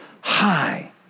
high